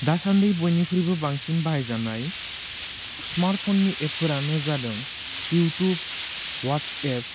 दासानदि बियनिख्रइबो बांसिन बाहाय जानाय स्मार्ट फननि एपफोरानो जादों इउटुब हवाट्सएप